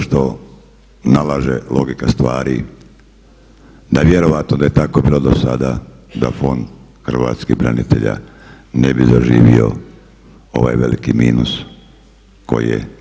Zato što nalaže logika stvari da vjerojatno da je tako bilo do sada da Fond hrvatskih branitelja ne bi zaživio ovaj veliki minus koji je danas.